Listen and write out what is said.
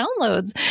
downloads